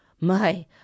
My